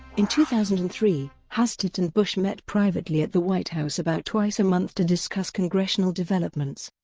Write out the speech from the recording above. in two thousand and three, hastert and bush met privately at the white house about twice a month to discuss congressional developments.